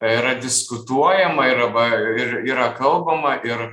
yra diskutuojama yra va ir yra kalbama ir